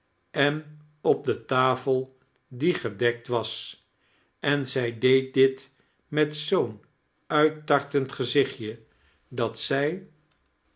en op de tafel die gedekt was en zij deed dit met zoo'n uittartend gezichtje dat zij